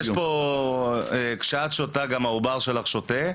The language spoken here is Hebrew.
יש פה, "כשאת שותה גם העובר שלך שותה"